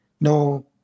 no